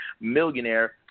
millionaire